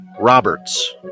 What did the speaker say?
Roberts